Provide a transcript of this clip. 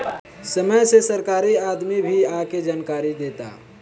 समय से सरकारी आदमी भी आके जानकारी देता